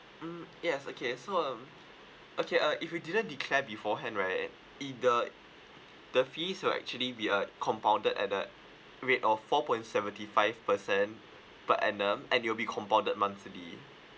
mm yes okay so um okay uh if you didn't declare beforehand right either the fees will actually be uh compounded at the rate of four point seventy five percent per annum and you'll be compounded monthly